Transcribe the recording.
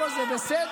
אצל היושב-ראש.